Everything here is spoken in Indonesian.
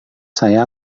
saya